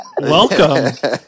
Welcome